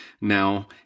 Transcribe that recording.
now